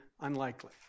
unlikely